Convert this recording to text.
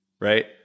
Right